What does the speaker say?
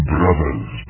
Brothers